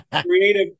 creative